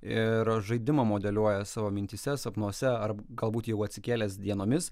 ir žaidimą modeliuoja savo mintyse sapnuose ar galbūt jau atsikėlęs dienomis